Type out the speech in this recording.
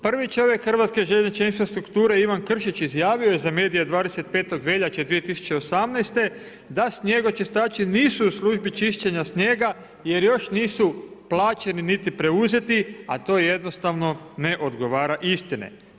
Prvi čovjek hrvatske željezničke infrastrukture, Ivan Kršić, izjavio za medije, 25.veljače 2018. da snijegočistači nisu u službi čišćenja snijega, jer još nisu plaćeni, niti preuzeti, a to jednostavno ne odgovara istine.